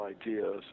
ideas